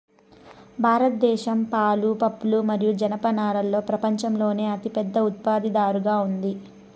భారతదేశం పాలు, పప్పులు మరియు జనపనారలో ప్రపంచంలోనే అతిపెద్ద ఉత్పత్తిదారుగా ఉంది